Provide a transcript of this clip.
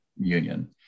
union